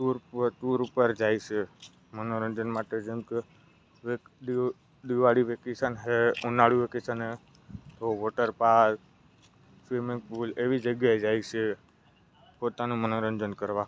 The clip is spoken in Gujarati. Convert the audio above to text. ટુર ટુર ઉપર જાય છે મનોરંજન માટે જેમ કે વેક દિવ દિવાળી વેકેસન છે ઉનાળુ વેકેસન છે તો વોટરપાર્ક સ્વિમિંગ પૂલ એવી જગ્યાએ જાય છે પોતાનું મનોરંજન કરવા